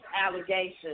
allegations